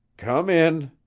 come in!